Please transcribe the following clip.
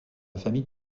famille